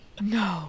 No